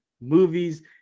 movies